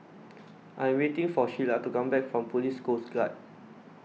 I'm waiting for Shelia to come back from Police Coast Guard